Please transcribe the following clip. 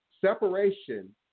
separation